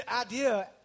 idea